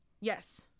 Yes